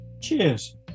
Cheers